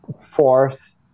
force